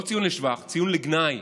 לא ציון לשבח, ציון לגנאי.